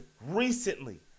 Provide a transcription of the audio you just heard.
recently